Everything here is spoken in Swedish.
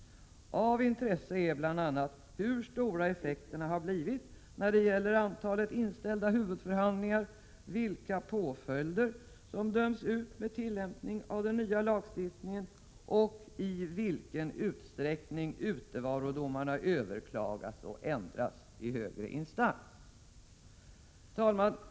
Av intresse är bl.a. hur stora effekterna har blivit när det gäller antalet inställda huvudförhandlingar, vilka påföljder som döms ut med tillämpning av den nya lagstiftningen och i vilken utsträckning utevarodomarna överklagas och ändras i högre instans.” Herr talman!